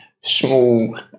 small